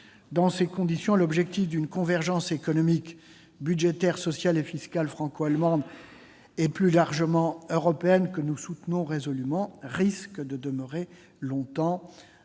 Dans ces conditions, l'objectif d'une convergence économique, budgétaire, sociale et fiscale franco-allemande et, plus largement, européenne, que nous soutenons résolument, risque de demeurer longtemps un voeu